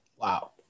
wow